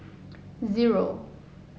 zero